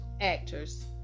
actors